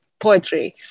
poetry